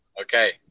Okay